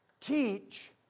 teach